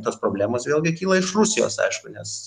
tos problemos vėlgi kyla iš rusijos aišku nes